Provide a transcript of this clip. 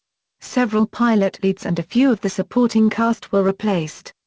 several pilot leads and a few of the supporting cast were replaced.